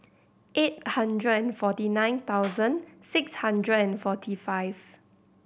eight hundred and forty nine thousand six hundred and forty five